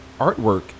artwork